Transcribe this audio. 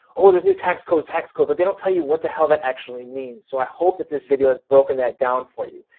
oldest new tax codes tactical, but they don't tell you what the hell that actually means. so i hope that this video has broken that down for you,